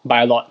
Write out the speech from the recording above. by a lot